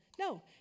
No